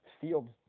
fields